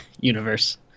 universe